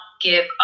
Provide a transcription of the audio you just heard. give